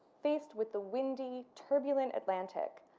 faced with the windy turbulent atlantic,